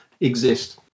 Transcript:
exist